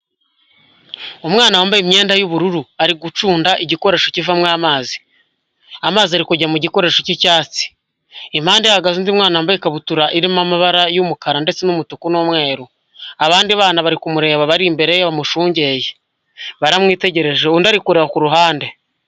Umwana wambaye imyenda y'ubururu ari gucunda igikoresho kivamo amazi. Amazi ari kujya mu gikoresho cy'icyatsi impande ye hahagaze undi mwana wambaye ikabutura irimo amabara y'umukara ndetse n'umutuku n'umweru abandi bana bari kumureba bari imbere ye bamushungeye baramwitegereje undi ari kurereba kuruhande.